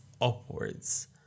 upwards